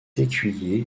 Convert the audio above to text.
écuyer